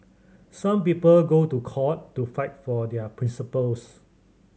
some people go to court to fight for their principles